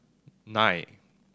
nine